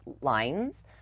lines